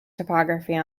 topography